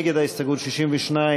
נגד ההסתייגות 62,